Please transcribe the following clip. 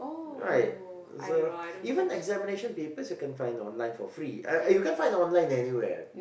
right so even examination papers you can find online for free uh uh you can't find online anywhere